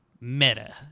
meta